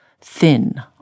thin